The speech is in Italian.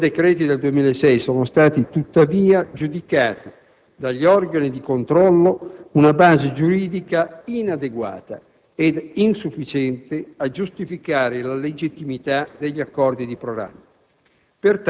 I due decreti del 2006 sono stati, tuttavia, giudicati dagli organi di controllo una base giuridica inadeguata ed insufficiente a giustificare la legittimità degli accordi di programma.